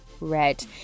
Red